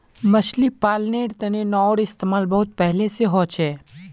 मछली पालानेर तने नाओर इस्तेमाल बहुत पहले से होचे